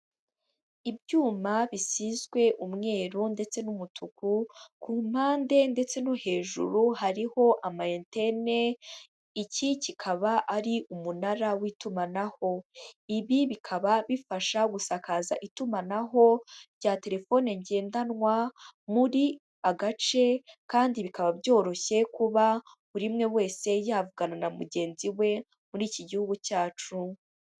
Ibyuma bisizwe umweru ndetse n'umutuku, ku mpande ndetse no hejuru hariho ama entene, iki kikaba ari umunara w'itumanaho. Ibi bikaba bifasha gusakaza itumanaho rya telefone ngendanwa muri agace, kandi bikaba byoroshye kuba buri umwe wese yavugana na mugenzi we, muri iki gihugu cyacu.